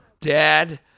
Dad